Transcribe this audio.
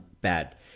bad